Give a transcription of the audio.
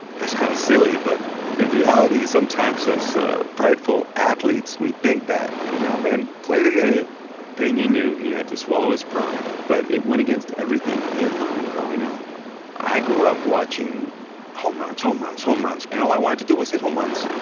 that's kind of silly, but in reality sometimes as ah prideful athletes, we think that and like no man, play the game pena knew he had to swallow his pride, but it went against everything he had learned growing up i grew up watching home runs, home runs, home runs, and all i wanted to do was hit home runs.